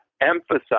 emphasize